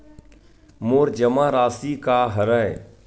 मोर जमा राशि का हरय?